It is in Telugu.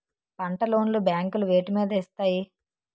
పంట లోన్ లు బ్యాంకులు వేటి మీద ఇస్తాయి?